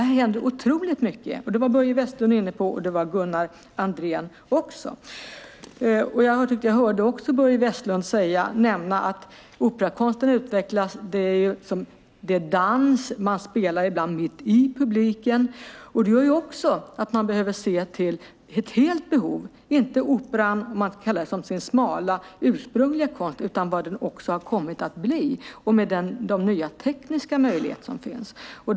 Här händer otroligt mycket. Det var både Börje Vestlund och Gunnar Andrén inne på. Jag tyckte också att jag hörde Börje Vestlund nämna att operakonsten utvecklas. Det är dans. Man spelar ibland mitt i publiken. Det gör att man behöver se till ett helt behov, inte bara till operan som, om man kan kalla det så, sin smala ursprungliga konst utan också till vad den har kommit att bli och de nya tekniska möjligheter som finns.